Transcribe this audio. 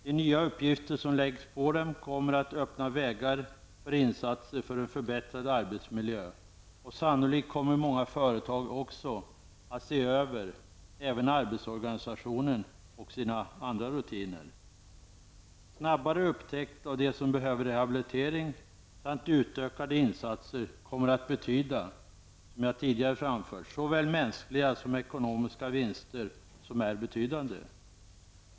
De nya uppgifter som läggs på dem kommer att öppna vägar för insatser för en förbättrad arbetsmiljö, och sannolikt kommer många företag att se över även arbetsorganisation och andra rutiner. Snabbare upptäckt av dem som behöver rehabilitering samt utökade insatser kommer, som jag tidigare har framfört, att betyda såväl mänskliga som ekonomiska vinster som är avsevärda.